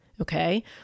okay